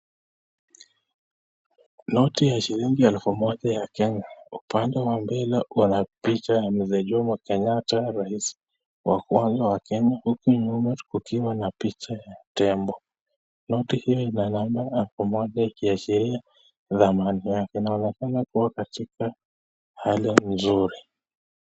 Noti ya shilingi elfu moja ya Kenya. Upande wa mbele kuna picha ya Mzee Jomo Kenyatta rais wa kwanza wa Kenya huku nyuma kukiwa na picha ya tembo. Noti hii ina namba elfu moja kuashiria thamani yake na unaonekana kuwa katika hali nzuri.